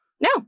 No